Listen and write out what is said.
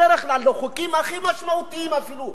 בדרך כלל לחוקים הכי משמעותיים אפילו,